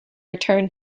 return